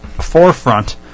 forefront